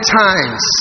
times